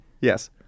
Yes